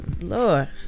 Lord